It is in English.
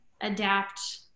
adapt